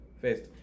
first